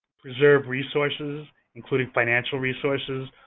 preserve resources, including financial resources,